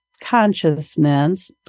consciousness